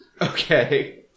Okay